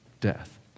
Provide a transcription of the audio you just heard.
death